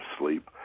sleep